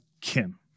Kim